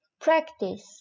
practice